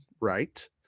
right